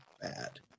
bad